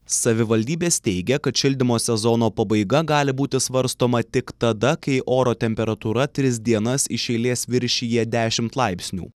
savivaldybės teigia kad šildymo sezono pabaiga gali būti svarstoma tik tada kai oro temperatūra tris dienas iš eilės viršija dešimt laipsnių